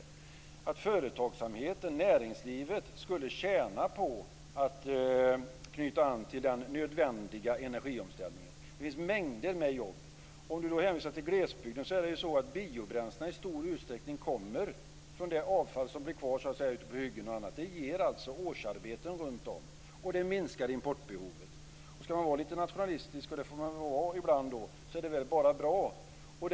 Jag kan inte förstå annat än att företagsamheten, näringslivet, skulle tjäna på att knyta an till den nödvändiga energiomställningen. Det skulle ge mängder av jobb. Runar Patriksson hänvisar till situationen i glesbygden. Biobränslena kommer ju i stor utsträckning från det avfall som blir kvar ute på hyggen. Det ger alltså årsarbeten runt om i landet, och det minskar importbehovet. Skall man vara lite nationalistisk, och det får man väl vara ibland, så är väl detta bara bra.